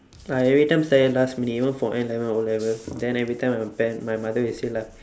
I every time study last minute even for N-level O-level then every time my pare~ my mother will say lah